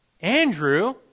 Andrew